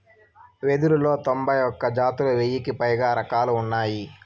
వెదురులో తొంభై ఒక్క జాతులు, వెయ్యికి పైగా రకాలు ఉన్నాయి